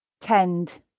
Tend